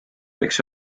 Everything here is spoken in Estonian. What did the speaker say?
võiks